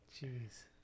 Jeez